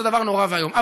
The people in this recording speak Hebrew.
זה דבר נורא ואיום.